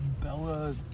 Bella